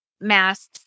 masks